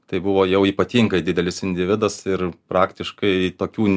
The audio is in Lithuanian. tai buvo jau ypatingai didelis individas ir praktiškai tokių